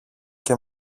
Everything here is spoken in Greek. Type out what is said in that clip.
και